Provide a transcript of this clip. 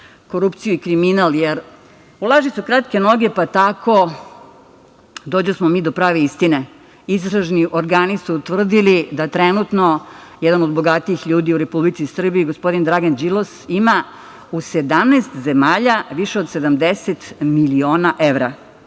korupciju i kriminal, jer u laži su kratke noge, pa tako dođosmo mi do prave istine. Istražni organi su utvrdili da trenutno jedan od bogatijih ljudi u Republici Srbiji, gospodin Dragan Đilas ima u 17 zemalja više od 70 miliona evra